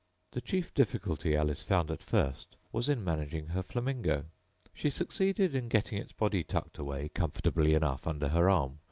the chief difficulty alice found at first was in managing her flamingo she succeeded in getting its body tucked away, comfortably enough, under her arm,